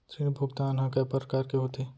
ऋण भुगतान ह कय प्रकार के होथे?